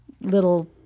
little